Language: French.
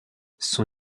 son